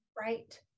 Right